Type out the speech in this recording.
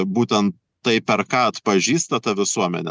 būtent tai per ką atpažįsta ta visuomenė